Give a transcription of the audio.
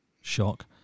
shock